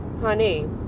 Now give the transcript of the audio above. honey